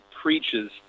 preaches